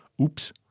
oops